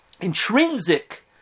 intrinsic